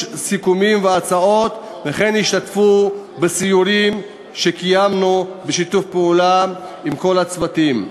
סיכומים והצעות והשתתפו בסיורים שקיימנו בשיתוף פעולה עם כל הצוותים.